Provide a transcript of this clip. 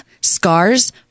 scars